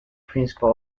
principal